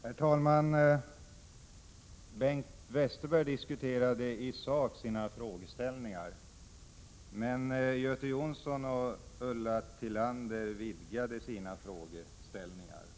Herr talman! Bengt Westerberg diskuterade sina frågeställningar i sak, medan Göte Jonsson och Ulla Tillander vidgade sina frågeställningar.